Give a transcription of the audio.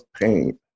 pain